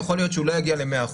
יכול להיות שהוא לא יגיע ל-100%,